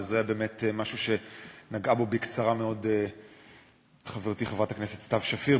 וזה באמת משהו שנגעה בו בקצרה מאוד חברתי חברת הכנסת סתיו שפיר,